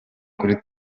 kuri